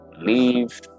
leave